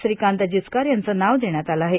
श्रीकांत जिचकार यांचं नाव देण्यात आलं आहे